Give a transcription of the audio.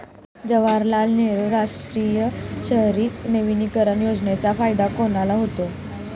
जवाहरलाल नेहरू राष्ट्रीय शहरी नवीकरण योजनेचा फायदा कोणाला होतो?